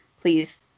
please